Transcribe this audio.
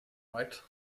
right